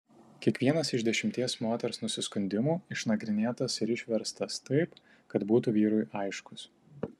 kiekvienas iš dešimties moters nusiskundimų išnagrinėtas ir išverstas taip kad būtų vyrui aiškus